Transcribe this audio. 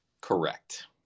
Correct